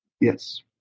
yes